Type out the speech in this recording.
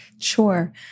Sure